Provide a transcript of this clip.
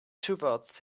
towards